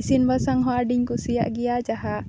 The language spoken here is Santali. ᱤᱥᱤᱱ ᱵᱟᱥᱟᱝ ᱦᱚᱸ ᱟᱹᱰᱤᱧ ᱠᱩᱥᱤᱭᱟᱜ ᱜᱮᱭᱟ ᱡᱟᱦᱟᱸ